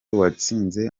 watsinze